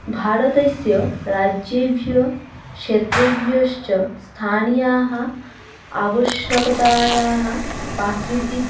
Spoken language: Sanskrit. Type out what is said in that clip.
भारतस्य राज्येभ्यः क्षेत्रेभ्यश्च स्थानीयाः आवश्यकतायाः प्राकृतिक